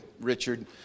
Richard